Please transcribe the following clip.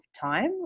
time